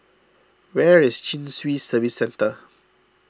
where is Chin Swee Service Centre